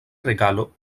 regalo